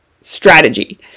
strategy